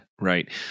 right